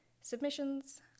submissions